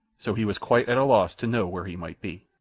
so he was quite at a loss to know where he might be.